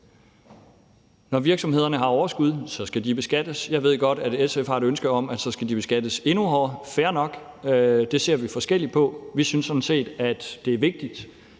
når virksomhederne har overskud, skal de beskattes. Jeg ved godt, at SF har et ønske om, at så skal de beskattes endnu hårdere. Fair nok – det ser vi forskelligt på. Vi synes sådan set, at det er vigtigt,